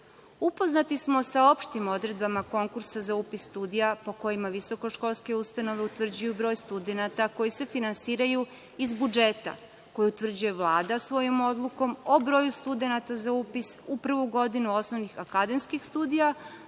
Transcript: smo sa opštim odredbama konkursa za upis studija po kojima visokoškolske ustanove utvrđuju broj studenata koji se finansiraju iz budžeta koji utvrđuje Vlada svojom odlukom o broju studenata za upis u prvu godinu osnovnih akademskih studija